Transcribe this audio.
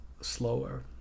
slower